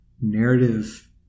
narrative